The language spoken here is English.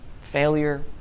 failure